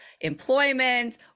employment